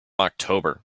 october